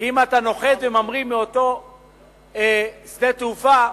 כי אם אתה נוחת וממריא מאותו שדה תעופה,